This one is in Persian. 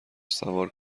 سوار